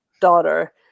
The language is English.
daughter